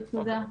תודה.